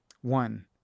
one